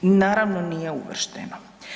Naravno nije uvršteno.